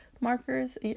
markers